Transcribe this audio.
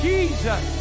Jesus